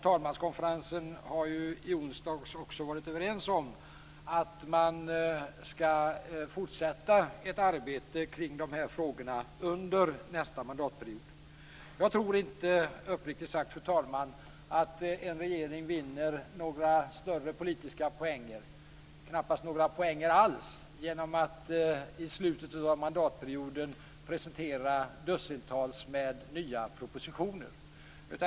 Talmanskonferensen har ju i onsdags också varit överens om att man skall fortsätta ett arbete kring de här frågorna under nästa mandatperiod. Jag tror inte uppriktigt sagt, fru talman, att en regering vinner några större politiska poänger, knappast några poänger alls, genom att i slutet av mandatperioden presentera dussintals nya propositioner.